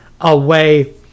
away